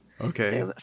Okay